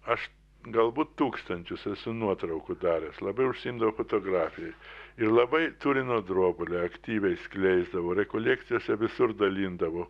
aš galbūt tūkstančius nuotraukų daręs labai užsiimdavau fotografijoj ir labai turino drobulę aktyviai skleisdavau rekolekcijose visur dalindavau